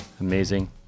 Amazing